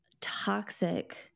toxic